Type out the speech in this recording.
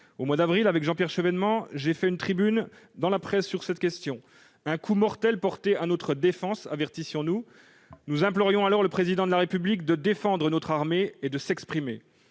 Au mois d'avril dernier, avec Jean-Pierre Chevènement, j'ai publié une tribune dans la presse sur cette question : c'est « un coup mortel porté à notre défense », avertissions-nous. Nous implorions alors le Président de la République de défendre notre armée et de s'exprimer.